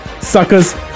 Suckers